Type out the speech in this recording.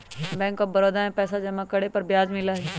bank of Baroda में पैसा जमा करे पर ब्याज मिला हई